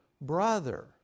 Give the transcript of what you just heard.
brother